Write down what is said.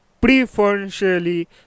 preferentially